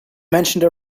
mentioned